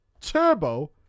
Turbo